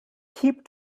keep